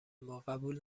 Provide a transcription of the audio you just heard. ما، قبول